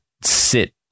sit